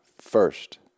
first